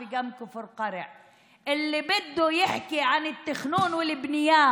מה שאתם רוצים זה שקומץ אנשים שלא נבחר,